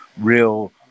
real